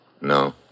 No